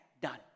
done